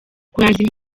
kurangiza